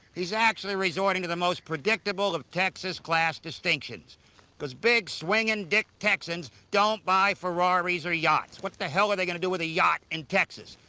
he's actually resorting to the most predictable of texas class distinctions cos big swinging dick texans don't buy ferraris or yachts. what the hell are they going to do with a yacht in texas?